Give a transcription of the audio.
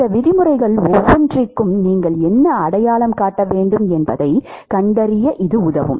இந்த விதிமுறைகள் ஒவ்வொன்றிற்கும் நீங்கள் என்ன அடையாளம் காட்ட வேண்டும் என்பதைக் கண்டறிய இது உதவும்